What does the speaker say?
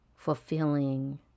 fulfilling